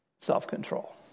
self-control